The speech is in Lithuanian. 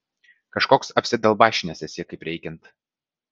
kažkoks apsidalbašinęs esi kaip reikiant